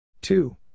Two